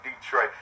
Detroit